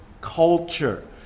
culture